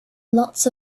lots